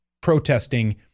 protesting